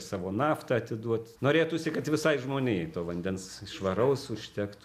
savo naftą atiduot norėtųsi kad visai žmonijai to vandens švaraus užtektų